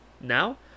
Now